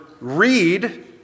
read